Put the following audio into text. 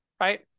right